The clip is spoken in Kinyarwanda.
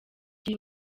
kiri